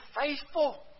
faithful